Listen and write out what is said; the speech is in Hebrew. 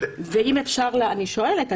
אני שואלת.